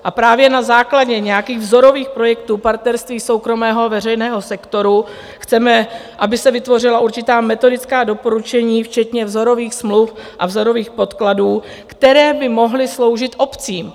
A právě na základě nějakých vzorových projektů partnerství soukromého a veřejného sektoru chceme, aby se vytvořila určitá metodická doporučení včetně vzorových smluv a vzorových podkladů, které by mohly sloužit obcím.